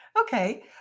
okay